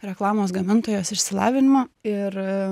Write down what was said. reklamos gamintojos išsilavinimą ir